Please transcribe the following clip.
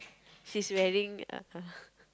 she's wearing uh